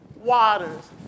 waters